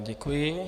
Děkuji.